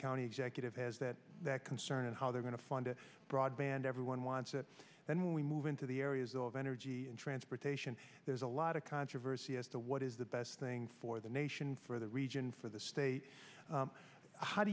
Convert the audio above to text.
county executive has that that concern and how they're going to fund broadband everyone wants that then we move into the areas of energy and transportation there's a lot of controversy as to what is the best thing for the nation for the region for the state how do